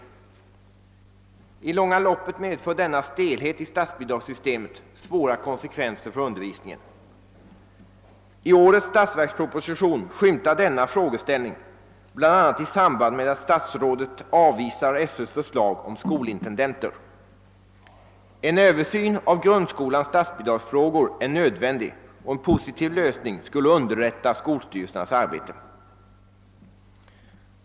I det långa loppet medför denna stelhet i statsbidragssystemet svåra konsekvenser för undervisningen. I årets statsverksproposition skymtar denna frågeställning bl.a. i samband med att statsrådet avvisar skolöverstyrelsens förslag om skolintendenter. En översyn av grundskolans statsbidragsfrågor är nödvändig, och en positiv lösning skulle underlätta skolstyrelsernas arbete.